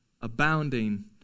abounding